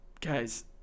guys